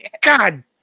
God